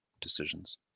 decisions